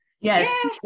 Yes